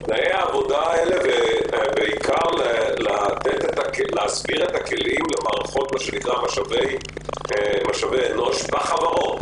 ובעיקר להסביר את הכלים למערכות משאבי אנוש בחברות,